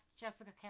Jessica